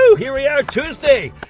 so here we are tuesday.